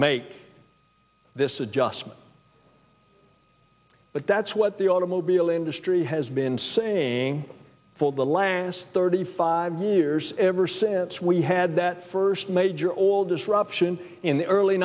make this adjustment but that's what the automobile industry has been saying for the last thirty five years ever since we had that first major role disruption in the early